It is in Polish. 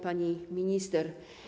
Pani Minister!